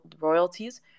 royalties